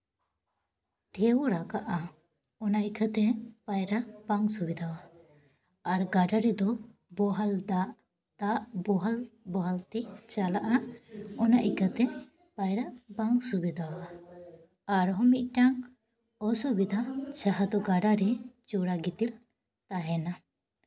ᱰᱷᱮᱣ ᱨᱟᱠᱟᱵᱟ ᱚᱱᱟ ᱤᱠᱷᱟᱹᱛᱮ ᱯᱟᱭᱨᱟ ᱵᱟᱝ ᱥᱩᱵᱤᱫᱷᱟ ᱟ ᱟᱨ ᱜᱟᱰᱟ ᱨᱮᱫᱚ ᱵᱚᱦᱮᱞ ᱫᱟᱜ ᱫᱟᱜ ᱵᱚᱦᱮᱞ ᱵᱚᱦᱮᱞ ᱛᱮ ᱪᱟᱞᱟᱜᱼᱟ ᱚᱱᱟ ᱤᱠᱷᱟᱹᱛᱮ ᱯᱟᱭᱨᱟᱜ ᱵᱟᱝ ᱥᱩᱵᱤᱫᱟᱣᱟ ᱟᱨᱦᱚᱸ ᱢᱤᱫᱴᱟᱝ ᱚᱥᱩᱵᱤᱫᱷᱟ ᱡᱟᱦᱟᱸ ᱫᱚ ᱜᱟᱰᱟᱨᱮ ᱪᱚᱨᱟ ᱜᱤᱛᱤᱞ ᱛᱟᱦᱮᱱᱟ